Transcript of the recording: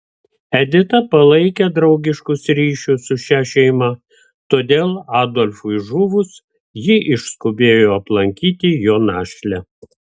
edita palaikė draugiškus ryšius su šia šeima tad adolfui žuvus ji išskubėjo aplankyti jo našlę